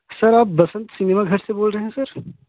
sir आप Basant cinema घर से बोल रहे हैं सर